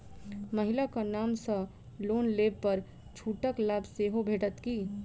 महिला केँ नाम सँ लोन लेबऽ पर छुटक लाभ सेहो भेटत की?